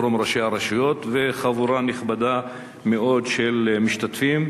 פורום ראשי הרשויות וחבורה נכבדה מאוד של משתתפים,